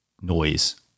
noise